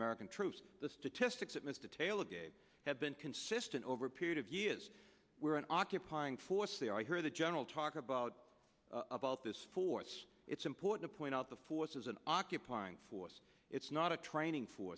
american troops the statistics atmos detail again have been consistent over a period of years we're an occupying force there i heard the general talk about about this force it's important to point out the force is an occupying force it's not a training for